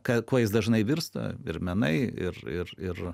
kad kuo jis dažnai virsta ir menai ir ir ir